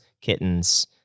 kittens